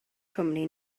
cwmni